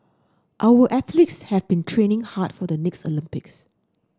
our athletes have been training hard for the next Olympics